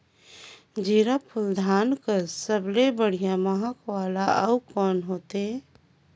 जीराफुल धान कस सबले बढ़िया महक वाला अउ कोन होथै?